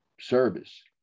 service